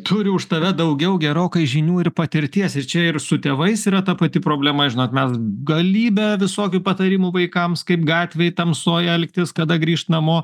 turi už tave daugiau gerokai žinių ir patirties ir čia ir su tėvais yra ta pati problema žinot mes galybę visokių patarimų vaikams kaip gatvėj tamsoj elgtis kada grįšt namo